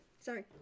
Sorry